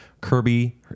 Kirby